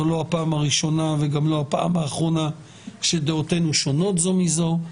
זו לא הפעם הראשונה וגם לא הפעם האחרונה שדעותינו שונות זו מזו.